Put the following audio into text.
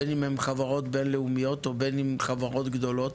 בין אם הם חברות בינלאומיות או בין אם חברות גדולות,